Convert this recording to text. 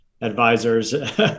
advisors